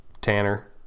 Tanner